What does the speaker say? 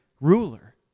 ruler